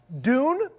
Dune